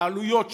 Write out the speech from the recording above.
בעלויות שלה,